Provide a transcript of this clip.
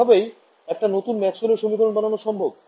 এইভাবেই একটা নতুন ম্যাক্সওয়েলের সমীকরণ বানানো সম্ভব